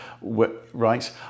right